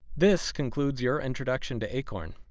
this concludes your introduction to acorn,